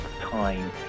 time